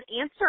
answer